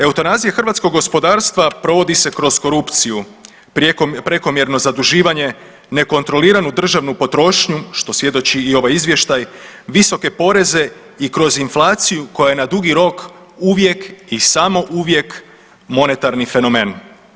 Eutanazija hrvatskog gospodarstva provodi se kroz korupciju, prekomjerno zaduživanje, nekontroliranu državnu potrošnju što svjedoči i ovaj izvještaj, visoke poreze i kroz inflaciju koja je na dugi rok uvijek i samo uvijek monetarni fenomen.